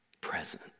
present